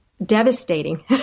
Devastating